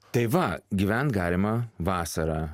tai va gyvent galima vasarą